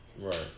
right